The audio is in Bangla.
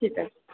ঠিক আছে